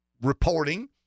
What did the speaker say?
reporting